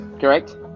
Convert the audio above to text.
Correct